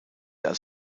als